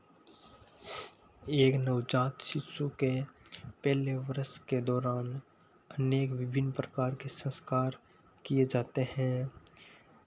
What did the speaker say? एक नवजात शिशु के डिलीवर के दौरान अनेक विभिन्न प्रकार के संस्कार किए जाते हैं